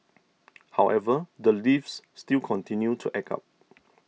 however the lifts still continue to act up